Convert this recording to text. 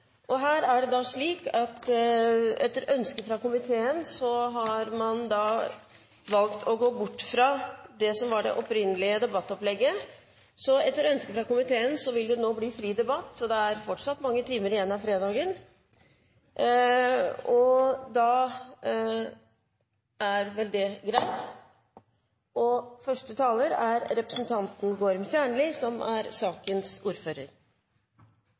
Så her har skolen mye å gjøre. Flere har ikke bedt om ordet til sak nr. 2. Presidenten har oppfattet det slik at transport- og kommunikasjonskomiteen ønsker å gå bort fra det opprinnelige debattopplegget. Etter ønske fra transport- og kommunikasjonskomiteen vil presidenten foreslå at det blir fri debatt. Det er fortsatt mange timer igjen av fredagen. – Det anses vedtatt. Første taler er representanten Gorm Kjernli, som er sakens ordfører